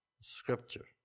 scripture